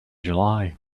july